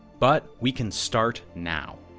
but, we can start now.